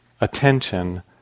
attention